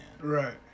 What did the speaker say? Right